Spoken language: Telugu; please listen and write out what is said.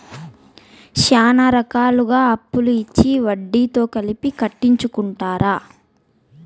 శ్యానా రకాలుగా అప్పులు ఇచ్చి వడ్డీతో కలిపి కట్టించుకుంటారు